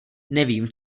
nevím